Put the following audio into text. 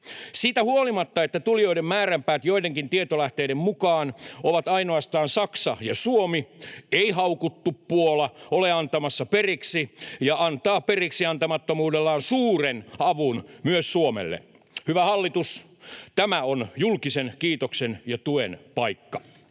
Siitä huolimatta, että tulijoiden määränpäät joidenkin tietolähteiden mukaan ovat ainoastaan Saksa ja Suomi, ei haukuttu Puola ole antamassa periksi vaan antaa periksiantamattomuudellaan suuren avun myös Suomelle. Hyvä hallitus, tämä on julkisen kiitoksen ja tuen paikka.